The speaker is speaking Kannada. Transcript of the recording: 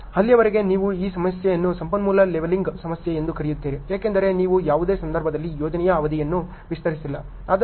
ಅಲ್ಲಿಯವರೆಗೆ ನೀವು ಈ ಸಮಸ್ಯೆಯನ್ನು ಸಂಪನ್ಮೂಲ ಲೆವೆಲಿಂಗ್ ಸಮಸ್ಯೆ ಎಂದು ಕರೆಯುತ್ತೀರಿ ಏಕೆಂದರೆ ನೀವು ಯಾವುದೇ ಸಂದರ್ಭದಲ್ಲಿ ಯೋಜನೆಯ ಅವಧಿಯನ್ನು ವಿಸ್ತರಿಸಿಲ್ಲ